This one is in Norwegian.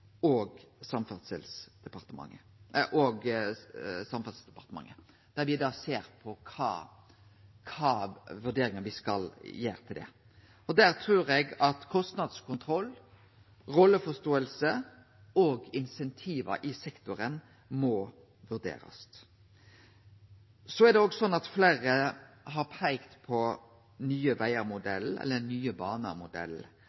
og Samferdselsdepartementet og kva me skal gjere med det. Der trur eg at kostnadskontroll, rolleforståing og insentiv i sektoren må bli vurdert. Fleire har peikt på Nye Vegar-modellen eller ein «Nye Baner»-modell. Det